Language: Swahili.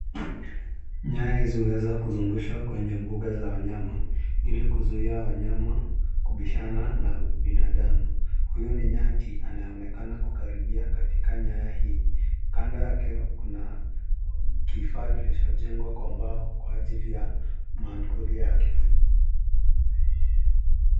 Nyaya hizi huweza kuzungushwa kwenye mbuga za wanyama, ili kuzuia wanyama kubishana na binadamu. Huyu ni nyati anayeonekana kukaribia katika nyaya hii. Kando yake kuna kifaa kilichojengwa kwa mbao kwa ajili ya maakuli yake.